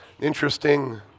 Interesting